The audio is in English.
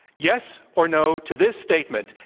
yes or no to this statement,